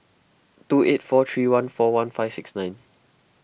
two eight four three one four one five six nine